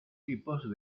tipos